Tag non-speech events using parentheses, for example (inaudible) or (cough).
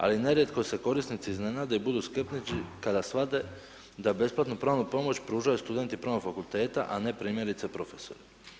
Ali nerijetko se korisnici iznenade i budu … (unintelligible) kada shvate da besplatnu pravnu pomoć pružaju studenti pravnog fakulteta a ne primjerice profesori.